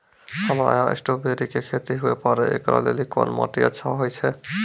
हमरा यहाँ स्ट्राबेरी के खेती हुए पारे, इकरा लेली कोन माटी अच्छा होय छै?